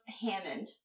Hammond